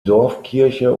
dorfkirche